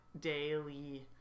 daily